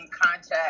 contact